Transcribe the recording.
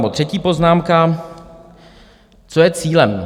Třetí poznámka co je cílem?